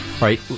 right